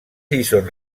lliçons